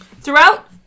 Throughout